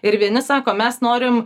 ir vieni sako mes norim